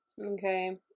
okay